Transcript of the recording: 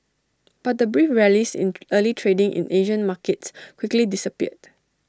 but the brief rallies in early trading in Asian markets quickly disappeared